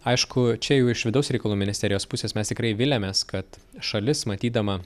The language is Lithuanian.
aišku čia jau iš vidaus reikalų ministerijos pusės mes tikrai viliamės kad šalis matydama